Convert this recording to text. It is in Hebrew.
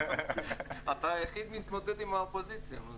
אתה היחיד שמתמודד עם האופוזיציה.